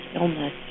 illness